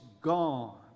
gone